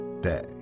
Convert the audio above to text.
day